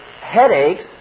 headaches